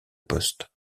poste